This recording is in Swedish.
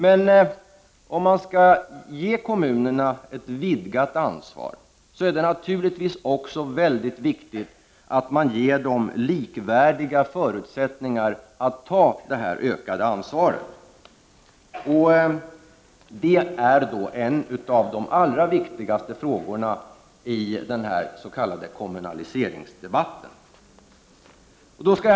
Men om man skall ge kommunerna ett vidgat ansvar, är det naturligtvis också mycket viktigt att man ger dem likvärdiga förutsättningar när det gäller att ta detta ökade ansvar. Det är en av de allra viktigaste frågorna i den här s.k. kommunaliseringsdebatten. Herr talman!